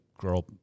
girl